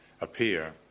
appear